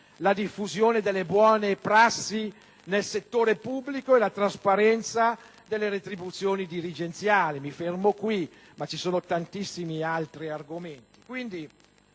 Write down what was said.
la diffusione delle buone prassi nel settore pubblico e la trasparenza delle retribuzioni dirigenziali; e mi fermo qui, ma vi sarebbero tantissimi altri argomenti.